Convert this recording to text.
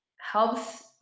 helps